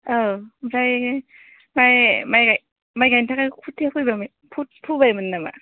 औ ओमफ्राय माय माय गायनो थाखाय खोथिया फुबायमोन नामा